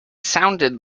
sounded